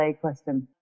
question